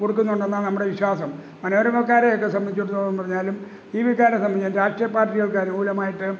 കൊടുക്കുന്നുണ്ടെന്നാണ് നമ്മുടെ വിശ്വാസം മനോരമക്കാരെ ഒക്കെ സംബന്ധിച്ചിടത്തോളം പറഞ്ഞാലും ടി വിക്കാരെ സംബന്ധിച്ച് രാഷ്ട്രീയ പാർട്ടികൾക്ക് അനുകൂലമായിട്ട്